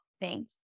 Thanks